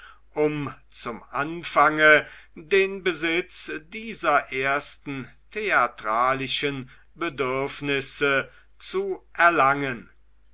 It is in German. um zum anfange den besitz dieser ersten theatralischen bedürfnisse zu erlangen